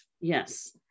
Yes